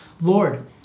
Lord